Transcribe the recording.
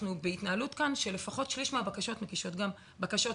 אנחנו בהתנהלות של לפחות על שליש מהבקשות מוגש ערעור